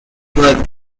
worked